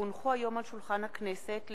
כי הונחו היום על שולחן הכנסת,